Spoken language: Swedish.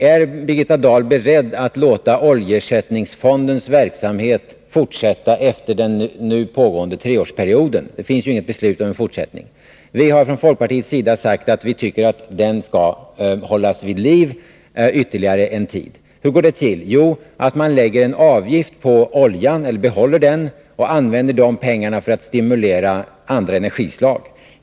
Är Birgitta Dahl beredd att låta oljeersättningsfondens verksamhet fortsätta efter den nu pågående treårs perioden? Det finns ju inget beslut om en fortsättning. Vi i folkpartiet tycker att fonden skall hållas vid liv ytterligare en tid. Hur går det till? Jo, man behåller avgiften på oljan och använder de pengarna för att stimulera andra energislag.